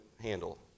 handle